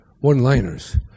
one-liners